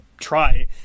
try